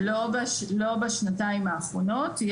לא בשנתיים האחרונות.